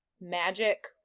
magic